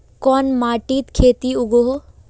कोन माटित खेती उगोहो?